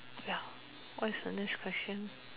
ya what is the next question